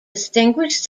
distinguished